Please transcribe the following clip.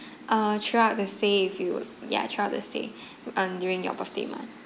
uh throughout the stay if you ya throughout the stay and during your birthday month